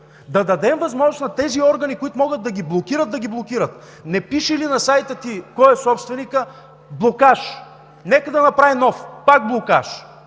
да дадем възможност на тези органи, които могат да ги блокират, да ги блокират. Не пише ли на сайта ти кой е собственикът – блокаж! Нека да направи нов – пак блокаж,